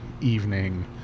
evening